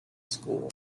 school